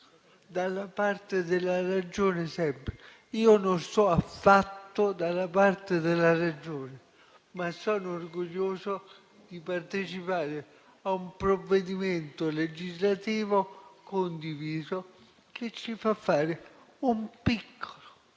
dalla parte della ragione, sempre. Io non sto affatto dalla parte della ragione, ma sono orgoglioso di partecipare a un provvedimento legislativo condiviso, che ci fa fare un piccolo